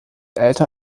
älter